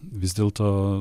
vis dėlto